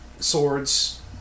Swords